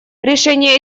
решение